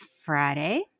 Friday